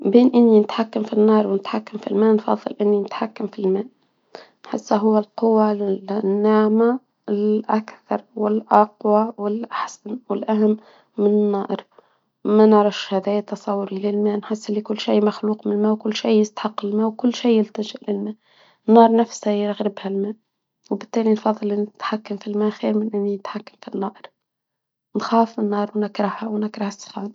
بين اني نتحكم في النار ونتحكم في الماء نتحكم في الما نحس هو القوة الناعمة الاكثر والاقوى والاحسن والاهم منعرفش هدايا التصاور اللي ما نخلي كلشي مخلوق من ما وكل شي يستحق الما وكل شي يلتجئ للما النار نفسها يغلبها الما وبالتالي نفضل نتحكم في النبض. نخاف النار ونكرهها ونكره السخانة